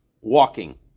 Walking